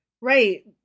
right